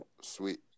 Sweet